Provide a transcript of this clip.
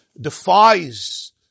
defies